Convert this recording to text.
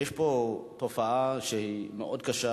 יש פה תופעה שהיא מאוד קשה,